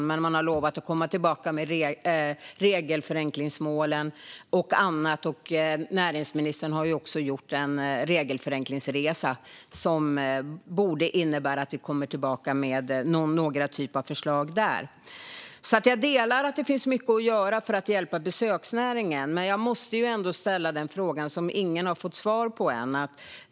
Men regeringen har lovat att komma tillbaka med regelförenklingsmålen och annat, och näringsministern har gjort en regelförenklingsresa som borde innebära att man kommer tillbaka med förslag där. Jag delar alltså uppfattningen att det finns mycket att göra för att hjälpa besöksnäringen. Men det finns en fråga som ingen ännu har fått svar på.